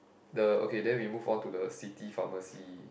the okay then we move on to the city pharmacy